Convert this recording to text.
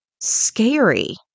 scary